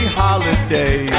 holiday